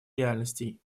реальностей